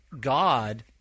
God